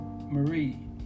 Marie